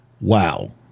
Wow